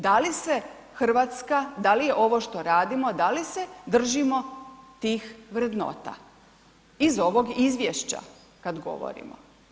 Da li se Hrvatska, da li je ovo što radimo, da li se držimo tih vrednota iz ovog izvješća kad govorimo?